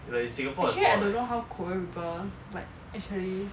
actually I don't know how korean people like actually